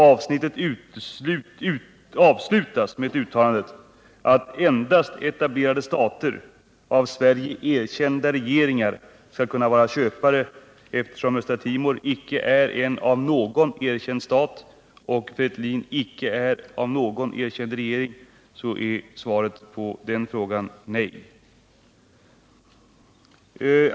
Avsnittet avslutas med ett uttalande att endast etablerade stater och av Sverige erkända regeringar skall kunna vara köpare. Eftersom Östra Timor inte är en av någon erkänd stat och Fretilin icke är en av någon erkänd regering är svaret på frågan nej.